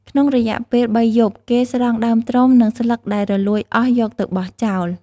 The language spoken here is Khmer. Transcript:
ក្នុងរយៈពេលបីយប់ គេស្រង់ដើមត្រុំ និងស្លឹកដែលរលួយអស់យកទៅបោះចោល។